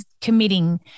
committing